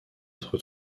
être